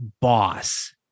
boss